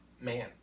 man